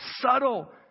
subtle